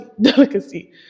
delicacy